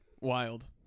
wild